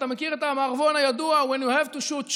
אתה מכיר את המערבון הידוע: When you have to shoot,